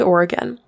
Oregon